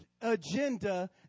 agenda